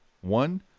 One